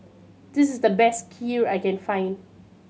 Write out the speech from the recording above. this is the best Kheer I can find